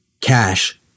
cash